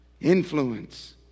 Influence